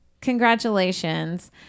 Congratulations